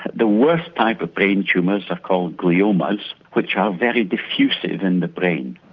the worst type of brain tumours are called gliomas, which are very diffusive in the brain.